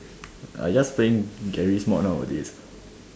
I just playing Garry's mod nowadays